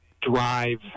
drive